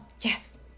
yes